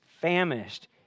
famished